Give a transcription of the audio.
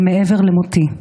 אל מעבר למותי.